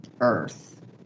earth